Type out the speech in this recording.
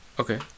Okay